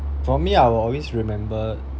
for me I will always remember